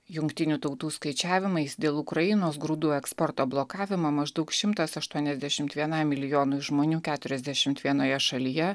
jungtinių tautų skaičiavimais dėl ukrainos grūdų eksporto blokavimo maždaug šimtas aštuoniasdešimt vienam milijonui žmonių keturiasdešimt vienoje šalyje